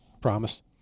Promise